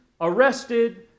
arrested